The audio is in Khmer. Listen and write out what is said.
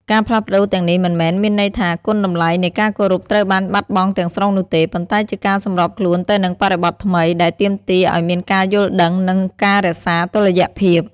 ការផ្លាស់ប្តូរទាំងនេះមិនមែនមានន័យថាគុណតម្លៃនៃការគោរពត្រូវបានបាត់បង់ទាំងស្រុងនោះទេ ប៉ុន្តែជាការសម្របខ្លួនទៅនឹងបរិបទថ្មីដែលទាមទារឲ្យមានការយល់ដឹង និងការរក្សាតុល្យភាព។